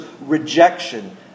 rejection